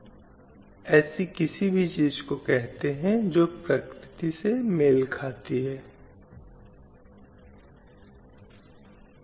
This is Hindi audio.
तो महिलाओं की हैसियत पर यह समिति थी जिसे 1971 में स्थापित किया गया था और जो समाज में महिलाओं की स्थिति की जाँच पड़ताल करती थी